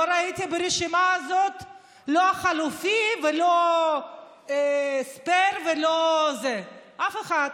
לא ראיתי ברשימה הזאת לא את החלופי ולא את הספייר אף אחד.